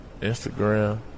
instagram